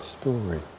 story